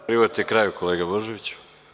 Privodite kraju, kolega Božoviću.